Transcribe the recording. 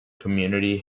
community